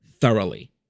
thoroughly